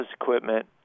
equipment